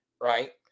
Right